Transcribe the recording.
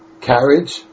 carriage